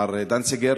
מר דנציגר,